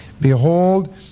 Behold